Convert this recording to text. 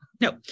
No